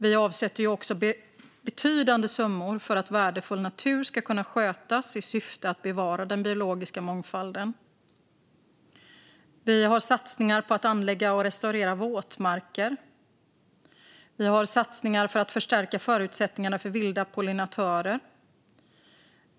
Vi avsätter också betydande summor för att värdefull natur ska kunna skötas i syfte att bevara den biologiska mångfalden. Vi har satsningar på att anlägga och restaurera våtmarker. Vi har satsningar på att förstärka förutsättningarna för vilda pollinatörer.